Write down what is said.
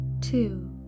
two